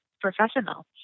professional